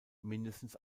mindestens